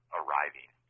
arriving